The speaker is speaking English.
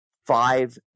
Five